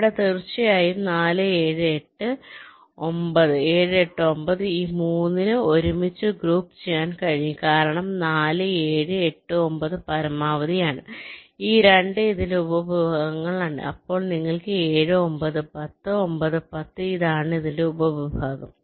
ഇവിടെ തീർച്ചയായും 4 7 8 9 7 8 9 ഈ 3 ന് ഒരുമിച്ച് ഗ്രൂപ്പ് ചെയ്യാൻ കഴിയും കാരണം 4 7 8 9 പരമാവധി ആണ് ഈ 2 ഇതിന്റെ ഉപവിഭാഗങ്ങളാണ് അപ്പോൾ നിങ്ങൾക്ക് 7 9 10 9 10 ഇതാണ് ഇതിന്റെ ഉപവിഭാഗം